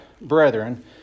brethren